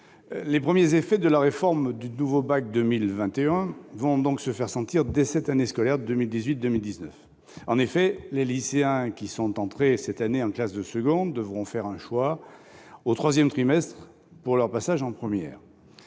les premiers effets de la réforme du nouveau baccalauréat de 2021 vont se faire sentir dès cette année scolaire 2018-2019. En effet, les lycéens qui sont entrés cette année en classe de seconde devront faire un choix au troisième trimestre pour leur passage en première.